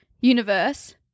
universe